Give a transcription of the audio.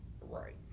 Right